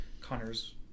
Connor's